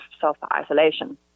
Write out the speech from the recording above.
self-isolation